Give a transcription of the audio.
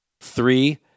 Three